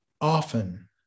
often